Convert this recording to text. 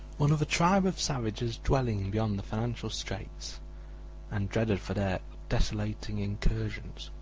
one of a tribe of savages dwelling beyond the financial straits and dreaded for their desolating incursions.